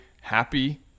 happy